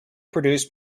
produced